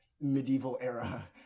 medieval-era